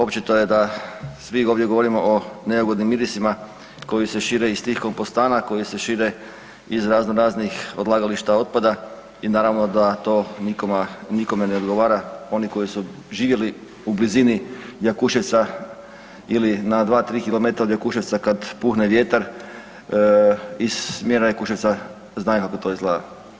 Očito je da svi ovdje govorimo o neugodnim mirisima koji šire iz tih kompostana, koji se šire iz raznoraznih odlagališta otpada i naravno da to nikome ne odgovara, oni koji su živjeli u blizini Jakuševca ili na 2, 3 km od Jakuševca, kad puhne vjetar iz smjera Jakuševca, znaju kako to izgleda.